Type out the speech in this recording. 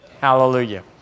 Hallelujah